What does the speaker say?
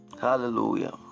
Hallelujah